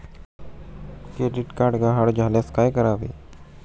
Credit card गहाळ झाल्यास काय करावे?